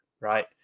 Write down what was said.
right